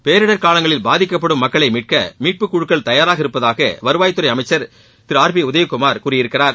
பேரிடர் காலங்களில் பாதிக்கப்படும் மக்களை மீட்க மீட்புக் குழுக்கள் தயாராக இருப்பதாக வருவாய்த் துறை அமைச்சர் திரு ஆர் பி உதயகுமார் கூறியிருக்கிறார்